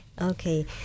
okay